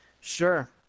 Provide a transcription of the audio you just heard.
Sure